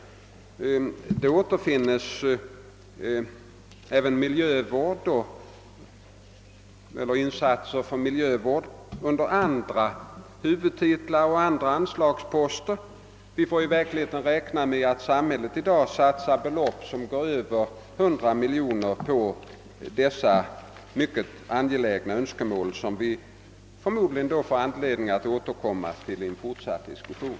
Insatser för miljövård återfinns även under andra huvudtitlar och anslagsposter. Vi måste i verkligheten räkna med att samhället i dag satsar över 100 miljoner kronor på dessa mycket angelägna uppgifter, som vi förmodligen får anledning att återkomma till i en fortsatt diskussion.